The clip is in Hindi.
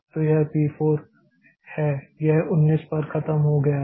तो यह पी 4 है यह 19 पर खत्म हो गया है